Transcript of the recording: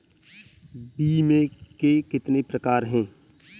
बीमे के कितने प्रकार हैं?